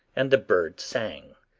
and the birds sang,